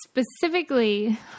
specifically